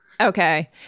Okay